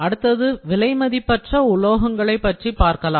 அடுத்தது விலைமதிக்கப்பற்ற உலோகங்களைப் பற்றி பார்க்கலாம்